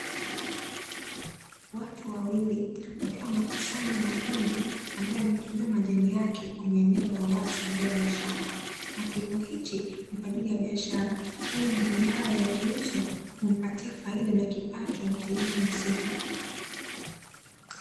Watu wawili wakiwa wanakusanya mahindi ambayo yametolewa majani yake kwenye eneo la uwazi mbele ya shamba, na kilimo hichi ni kwa ajili ya biashara kwani mahindi hayo yakiuzwa humpatia faida na kipato mkulima husika.